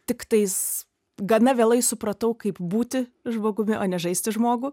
tiktais gana vėlai supratau kaip būti žmogumi o ne žaisti žmogų